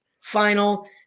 final